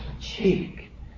cheek